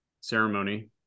ceremony